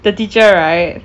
the teacher right